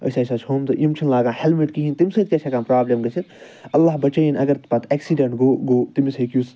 أسۍ ہسا چھِ ہُم تہٕ یِم چھِنہٕ لاگان ہیٚلمِٹ کِہیٖنۍ تَمہِ سۭتۍ کیٛاہ چھِ ہیٚکان پرٛابلِم گٔژھِتھ اَللہ بَچٲیِنۍ اَگر پَتہٕ ایٚکسِڈیٚنٛٹ گوٚو گوٚو تٔمِس ہیٚکہِ یُس